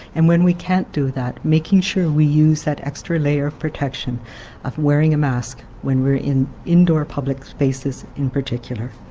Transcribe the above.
and when we can't do that, making sure we use the extra layer of protection of wearing a mask when we are in indoor public spaces in particular.